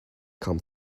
come